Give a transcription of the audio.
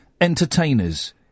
entertainers